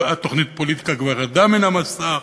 התוכנית "פוליטיקה" כבר ירדה מן המסך,